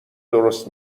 درست